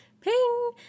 ping